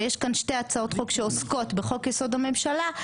ויש כאן שתי הצעות חוק שעוסקות בחוק-יסוד: הממשלה,